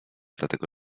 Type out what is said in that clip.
dlatego